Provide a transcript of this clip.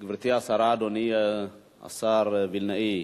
גברתי השרה, אדוני השר וילנאי,